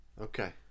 Okay